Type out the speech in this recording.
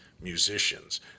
Musicians